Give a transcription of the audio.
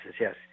yes